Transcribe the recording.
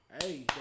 Hey